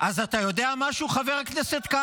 הוא מהמפלגה שלך.